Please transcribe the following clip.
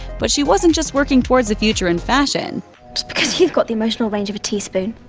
but she wasn't just working towards a future in fashion. just because you've got the emotional range of a teaspoon.